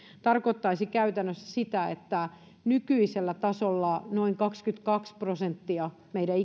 tarkoittaisi käytännössä sitä että nykyisellä tasolla noin kaksikymmentäkaksi prosenttia meidän